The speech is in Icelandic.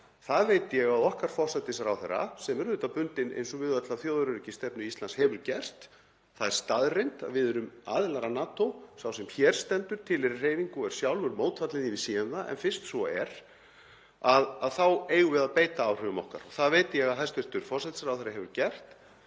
Það veit ég að okkar forsætisráðherra, sem er auðvitað bundin eins og við öll af þjóðaröryggisstefnu Íslands, hefur gert. Það er staðreynd að við erum aðilar að NATO. Sá sem hér stendur tilheyrir hreyfingu og er sjálfur mótfallinn því að við séum það en fyrst svo er þá eigum við að beita áhrifum okkar og það veit ég að hæstv. forsætisráðherra hefur gert.